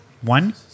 one